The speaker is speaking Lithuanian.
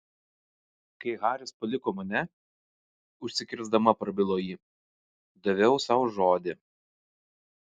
kai haris paliko mane užsikirsdama prabilo ji daviau sau žodį